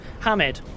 Hamid